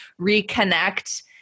reconnect